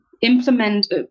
implement